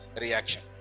reaction